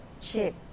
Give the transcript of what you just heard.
Chip